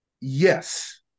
Yes